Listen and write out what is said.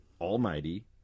Almighty